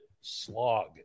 slog